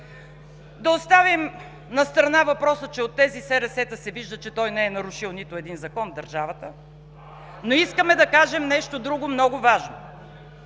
Да оставим настрана въпроса, че от тези СРС-та се вижда, че той не е нарушил нито един закон в държавата, но искаме да кажем нещо друго много важно.